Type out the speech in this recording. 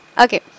Okay